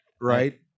right